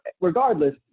regardless